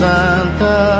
Santa